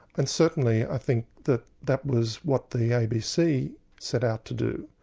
and certainly i think that that was what the abc set out to do.